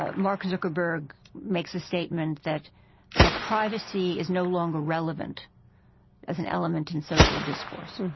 ah mark zuckerberg makes a statement that ah privacy is no longer relevant as an element in social discourse.